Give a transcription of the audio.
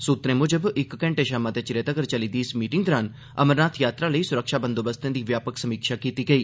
सुत्तरें मुजब इक घैंटे शा मते चिरे तक्कर चली दी इस मीटिंग दौरान अमरनाथ यात्रा लेई सुरक्षा बंदोबस्तें दी व्यापक समीक्षा कीती गेई